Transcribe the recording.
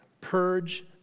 Purge